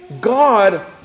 God